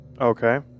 Okay